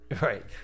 Right